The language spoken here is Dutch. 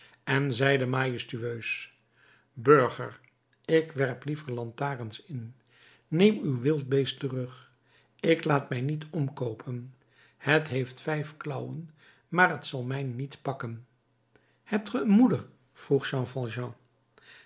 en zeide majestueus burger ik werp liever lantaarns in neem uw wild beest terug ik laat mij niet omkoopen het heeft vijf klauwen maar t zal mij niet pakken hebt ge een moeder vroeg